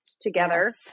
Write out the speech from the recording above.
together